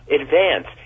advance